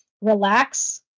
relax